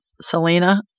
Selena